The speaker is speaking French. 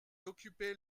occupait